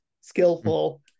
skillful